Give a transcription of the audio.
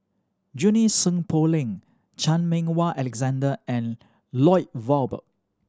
Junie Sng Poh Leng Chan Meng Wah Alexander and Lloyd Valberg